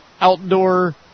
outdoor